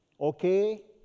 Okay